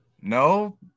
No